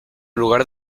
lugar